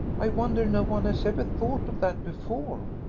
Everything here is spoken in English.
i wonder no one has ever thought of that before.